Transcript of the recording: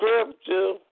scripture